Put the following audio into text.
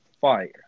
fire